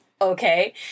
okay